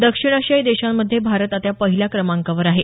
दक्षिण आशियाई देशांमध्ये भारत आता पहिल्या क्रमांकावर आहे